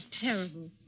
terrible